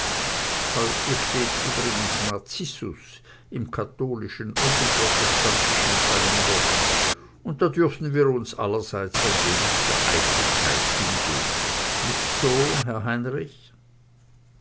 heut steht überdies narzissus im katholischen und im protestantischen kalender und da dürfen wir uns allerseits ein wenig der eitelkeit hingeben nicht so herr heinrich